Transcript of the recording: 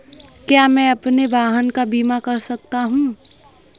क्या मैं अपने वाहन का बीमा कर सकता हूँ?